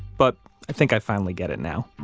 but i think i finally get it now.